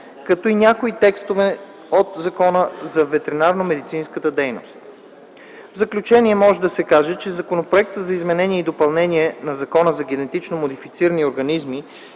както и на някои текстове от Закона за ветеринарномедицинската дейност. В заключение може да се каже, че Законопроектът за изменение и допълнение на Закона за генетично модифицирани организми